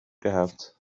gehabt